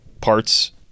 parts